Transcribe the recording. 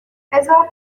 بذار